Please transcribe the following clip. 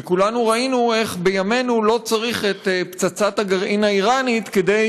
וכולנו ראינו איך בימינו לא צריך את פצצת הגרעין האיראנית כדי